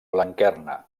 blanquerna